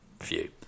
view